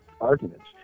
arguments